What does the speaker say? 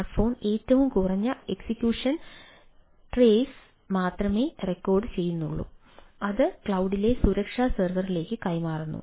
smartphone ഏറ്റവും കുറഞ്ഞ execution trace മാത്രമേ റെക്കോർഡുചെയ്യുന്നുള്ളൂ അത് ക്ലൌഡിലെ സുരക്ഷാ സെർവറിലേക്ക് കൈമാറുന്നു